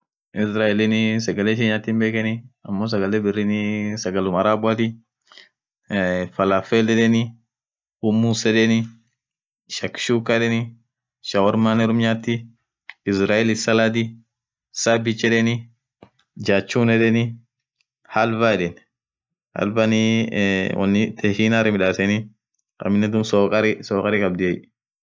izrailinii sagale ishin nyat hibekeni amo sagale birinii sagalum arabuati falafel yedeni wommis yedeni shakshuka yedeni shawarmanen unumnyati izraili saladi saabich yedeni jaachin yedeni halva yeden halvanii woni tashinara midaseni aminen sokari kabdiey